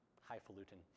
highfalutin